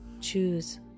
choose